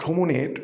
ভ্রমণের